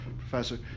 professor